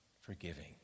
forgiving